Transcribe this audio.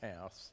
house